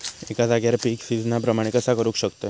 एका जाग्यार पीक सिजना प्रमाणे कसा करुक शकतय?